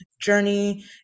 journey